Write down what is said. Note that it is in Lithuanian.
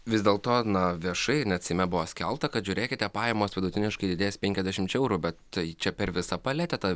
vis dėlto na viešai net seime buvo skelbta kad žiūrėkite pajamos vidutiniškai didės penkiasdešimčia eurų bet tai čia per visą paletę ta